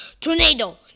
tornado